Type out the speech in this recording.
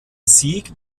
sieg